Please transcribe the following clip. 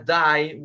die